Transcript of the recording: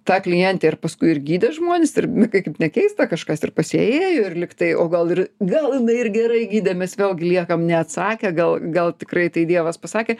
ta klientė ir paskui ir gydė žmones ir kaip nekeista kažkas ir pas ją ėjo ir lygtai o gal ir gal jinai ir gerai gydė mes vėlgi liekam neatsakę gal gal tikrai tai dievas pasakė